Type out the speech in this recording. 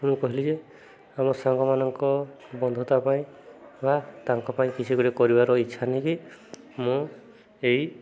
ମୁଁ କହିଲି ଯେ ଆମ ସାଙ୍ଗମାନଙ୍କ ବନ୍ଧୁତା ପାଇଁ ବା ତାଙ୍କ ପାଇଁ କିଛି ଗୁଡ଼ିଏ କରିବାର ଇଚ୍ଛା ନେଇକି ମୁଁ ଏହି